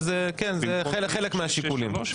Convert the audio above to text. זה חלק מהשיקולים.